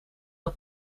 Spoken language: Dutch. dat